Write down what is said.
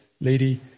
lady